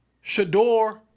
Shador